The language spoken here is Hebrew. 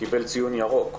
ציון ירוק.